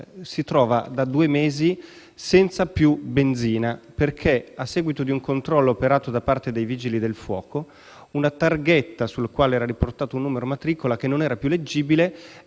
si trova da due mesi senza più benzina perché, a seguito di un controllo operato da parte dei Vigili del fuoco, una targhetta sulla quale era riportato un numero di matricola non più leggibile